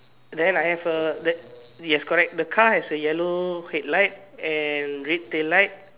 then I have a that yes correct the car has a yellow head light and red tail light